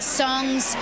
songs